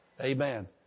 Amen